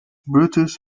brutus